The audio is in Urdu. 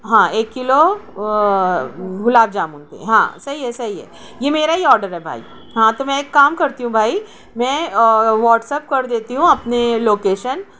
ہاں ایک کلو گلاب جامن ہاں صحیح ہے صحیح ہے یہ میرا ہی آڈر ہے بھائی ہاں تو میں ایک کام کرتی ہوں بھائی میں واٹس اپ کر دیتی ہوں اپنے لوکیشن